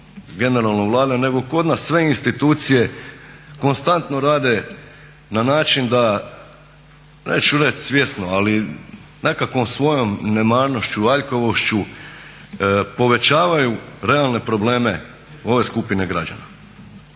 generalno Vlada nego kod nas sve institucije konstantno rade na način da, neću reći svjesno, ali nekakvom svojom nemarnošću, aljkavošću povećavaju realne probleme ove skupine građana.